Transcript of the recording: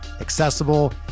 accessible